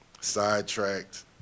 sidetracked